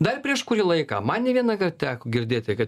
dar prieš kurį laiką man ne vienąkart teko girdėti kad